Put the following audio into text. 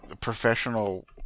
professional